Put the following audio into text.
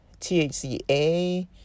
THCA